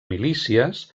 milícies